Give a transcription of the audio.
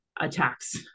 attacks